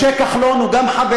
משה כחלון הוא גם חבר,